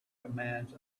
commands